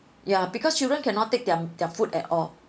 ya because children cannot take their their food at all